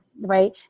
right